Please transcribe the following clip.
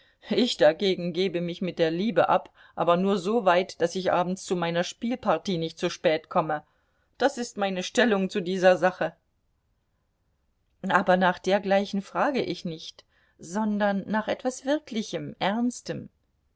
ich dagegen gebe mich mit der liebe ab aber nur so weit daß ich abends zu meiner spielpartie nicht zu spät komme das ist meine stellung zu dieser sache aber nach dergleichen frage ich nicht sondern nach etwas wirklichem ernstem